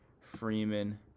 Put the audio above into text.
Freeman